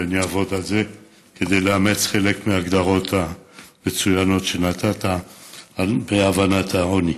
ואני אעבוד על זה כדי לאמץ חלק מההגדרות המצוינות שנתת בהבנת העוני.